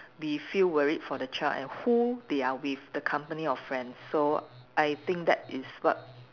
we feel worried for the child and who they are with the company of friends so I think that is what